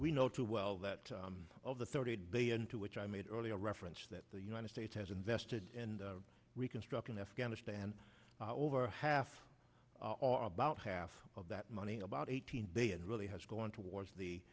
we know too well that of the thirty eight billion to which i made earlier reference that the united states has invested and reconstructing afghanistan over half are about half of that money about eighteen billion really has gone towards the